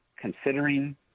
considering